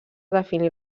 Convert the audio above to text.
definir